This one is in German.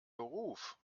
beruf